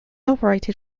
operated